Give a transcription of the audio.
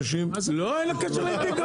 לא, אין לו קשר לאינטגרציות.